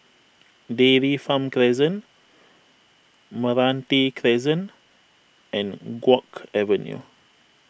Dairy Farm Crescent Meranti Crescent and Guok Avenue